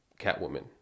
Catwoman